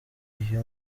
iyo